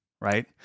right